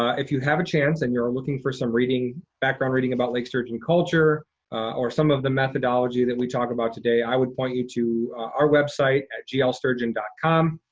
if you have a chance and you're looking for some reading, background reading about lake sturgeon culture or some of the methodology that we talk about today, i would point you to our website at glsturgeon com.